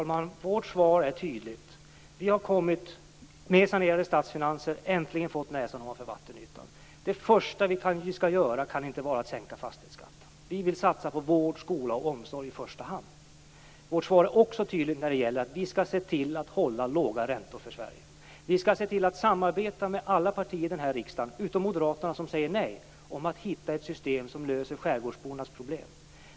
Fru talman! Vårt svar är tydligt. Vi har med sanerade statsfinanser äntligen fått näsan ovanför vattenytan. Det första vi skall göra kan inte vara att sänka fastighetsskatten. Vi vill satsa på vård, skola och omsorg i första hand. Vi svarar också tydligt att vi skall se till att hålla låga räntor i Sverige. Vi skall se till att samarbeta med alla partier i denna riksdag, utom Moderaterna som säger nej, om att hitta ett system som löser skärgårdsbornas problem.